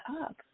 up